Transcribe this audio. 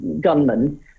gunmen